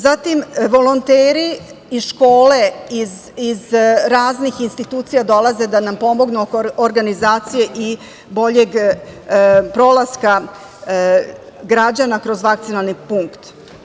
Zatim, volonteri iz škole, iz raznih institucija dolaze da nam pomognu oko organizacije i boljeg prolaska građana kroz vakcinalni punkt.